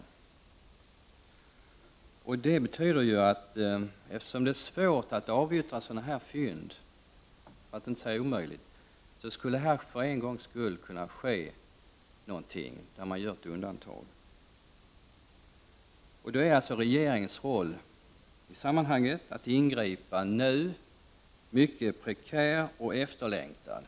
Eftersom det är svårt för att inte säga omöjligt att avyttra sådana fynd, skulle det i detta fall för en gångs skull kunna ske något och man skulle kunna göra ett undantag. Då är alltså regeringens roll i sammanhanget, att ingripa nu, mycket prekär och efterlängtad.